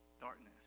darkness